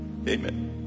Amen